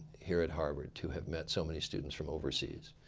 here at harvard to have met so many students from overseas.